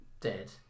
dead